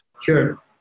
Sure